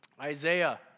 Isaiah